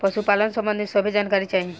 पशुपालन सबंधी सभे जानकारी चाही?